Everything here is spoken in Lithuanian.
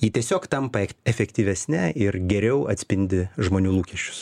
ji tiesiog tampa efektyvesne ir geriau atspindi žmonių lūkesčius